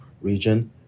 region